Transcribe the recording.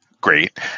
great